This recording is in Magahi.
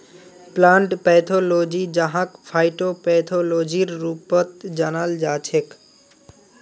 प्लांट पैथोलॉजी जहाक फाइटोपैथोलॉजीर रूपतो जानाल जाछेक